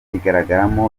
igaragaramo